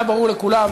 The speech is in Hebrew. היה ברור לכולם,